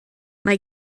mae